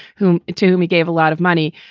whom to me gave a lot of money,